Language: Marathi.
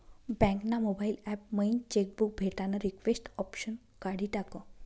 बँक ना मोबाईल ॲप मयीन चेक बुक भेटानं रिक्वेस्ट ऑप्शन काढी टाकं